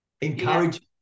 Encourage